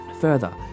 Further